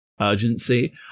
urgency